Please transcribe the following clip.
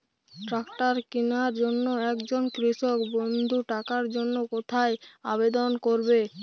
Tractor কিনার জন্য একজন কৃষক বন্ধু টাকার জন্য কোথায় আবেদন করবে?